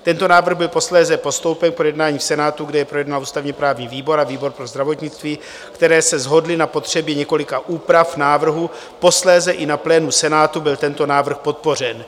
Tento návrh byl posléze postoupen k projednání v Senátu, kde jej projednal ústavněprávní výbor a výbor pro zdravotnictví, které se shodly na potřebě několika úprav návrhu, posléze i na plénu Senátu byl tento návrh podpořen.